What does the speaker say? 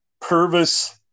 Purvis